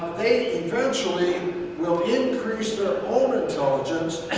they eventually will increase their own intelligence,